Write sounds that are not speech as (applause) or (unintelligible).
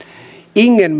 ingen (unintelligible)